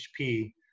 HP